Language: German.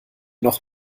noch